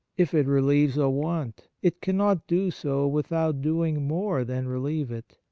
if it relieves a want, it cannot do so without doing more than relieve it.